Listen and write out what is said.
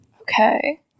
Okay